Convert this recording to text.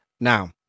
Now